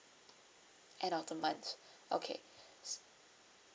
end of the month okay